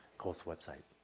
course website.